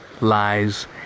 lies